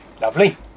Lovely